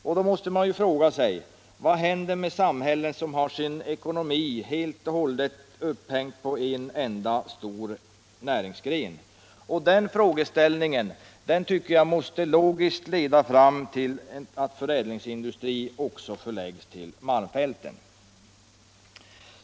Och då måste man fråga: Vad händer med ett samhälle som har sin ekonomi helt och hållet upphängd på en enda stor näringsgren? Den frågan tycker jag logiskt måste leda fram till att förädlingsindustrier också förläggs till malmfälten.